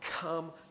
Come